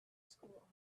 school